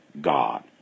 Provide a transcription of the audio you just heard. God